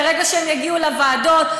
ברגע שהם יגיעו לוועדות,